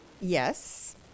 yes